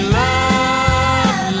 love